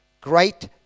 Great